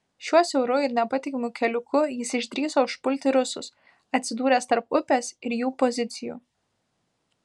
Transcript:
šiuo siauru ir nepatikimu keliuku jis išdrįso užpulti rusus atsidūręs tarp upės ir jų pozicijų